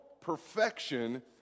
perfection